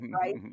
Right